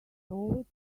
over